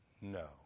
no